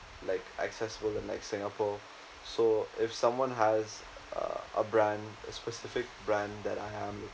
like accessible and like singapore so if someone has a a brand a specific brand that I